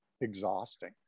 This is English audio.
exhausting